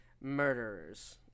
Murderers